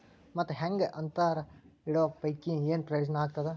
ಮತ್ತ್ ಹಾಂಗಾ ಅಂತರ ಇಡೋ ಪೈಕಿ, ಏನ್ ಪ್ರಯೋಜನ ಆಗ್ತಾದ?